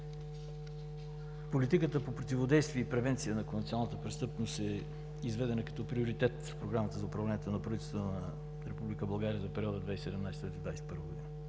Политиката по противодействие и превенция на конвенционалната престъпност е изведена като приоритет в Програмата за управление на правителството на Република България за периода 2017 – 2021 г.